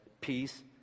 Peace